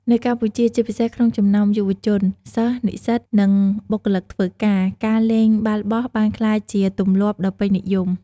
នៅកម្ពុជា ជាពិសេសក្នុងចំណោមយុវជន សិស្ស និស្សិត និងបុគ្គលិកធ្វើការ ការលេងបាល់បោះបានក្លាយជាទម្លាប់ដ៏ពេញនិយម។